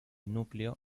núcleo